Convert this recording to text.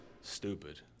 stupid